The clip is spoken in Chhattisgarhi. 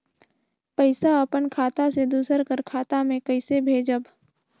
पइसा अपन खाता से दूसर कर खाता म कइसे भेजब?